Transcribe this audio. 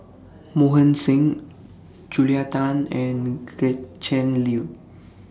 Mohan Singh Julia Tan and Gretchen Liu